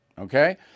Okay